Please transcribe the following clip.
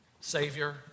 Savior